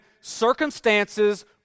circumstances